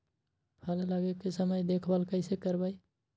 फल लगे के समय देखभाल कैसे करवाई?